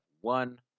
one